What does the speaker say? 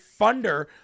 funder